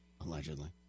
Allegedly